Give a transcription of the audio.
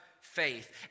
faith